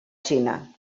xina